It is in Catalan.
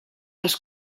els